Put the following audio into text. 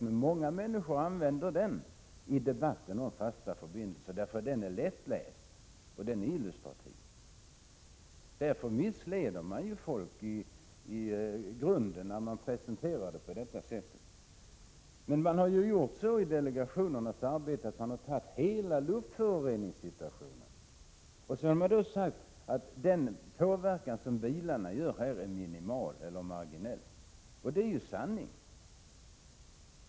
Men många människor använde den i debatten om fasta förbindelser, för den är lättläst och illustrativ. Därför missleder man människor i grunden när man presenterar materialet på detta sätt. Delegationerna har sammanfattat hela luftföroreningssituationen genom att säga att bilarnas påverkan är minimal eller marginell. Det är ju sanning.